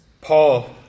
Paul